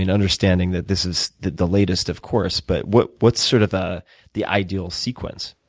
and understanding that this is the the latest, of course, but what's what's sort of ah the ideal sequence?